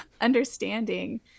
understanding